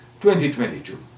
2022